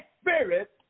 Spirit